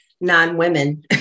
non-women